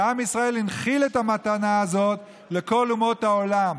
ועם ישראל הנחיל את המתנה הזאת לכל אומות העולם.